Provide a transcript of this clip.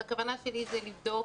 הכוונה שלי היא לבדוק,